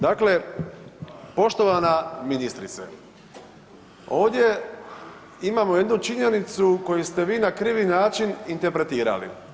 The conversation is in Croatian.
Dakle, poštovana ministrice, ovdje imamo jednu činjenicu koju ste vi na krivi način interpretirali.